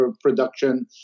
production